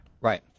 Right